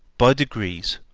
by degrees,